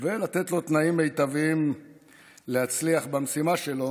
ולתת לו תנאים מיטביים להצליח במשימה שלו.